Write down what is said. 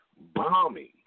bombing